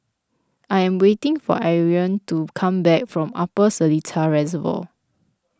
I am waiting for Irven to come back from Upper Seletar Reservoir